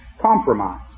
Compromise